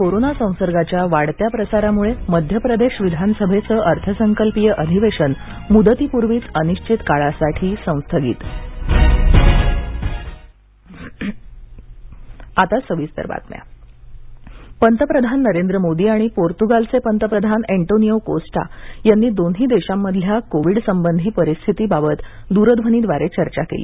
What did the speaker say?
corona संसर्गाच्या वाढत्या प्रसारामुळे मध्यप्रदेश विधानसभेचं अर्थसंकल्पीय अधिवेशन मुदतीपूर्वीच अनिश्वित काळासाठी संस्थगित भारत पोर्तगाल पंतप्रधान नरेंद्र मोदी आणि पोर्तुगालचे पंतप्रधान एंटोनिओ कोस्टा यांनी दोन्ही देशांमधल्या कोविड संबंधी परिस्थितीबाबत द्रध्वनीद्वारे चर्चा केली